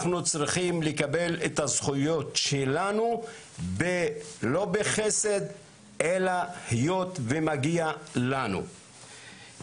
אנחנו צריכים לקבל את הזכויות שלנו לא בחסד אלא היות ומגיע לנו.